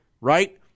right